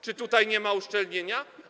Czy tutaj nie ma uszczelnienia?